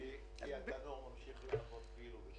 כי התנור ממשיך לעבוד בשבת.